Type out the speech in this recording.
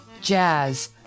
jazz